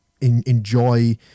enjoy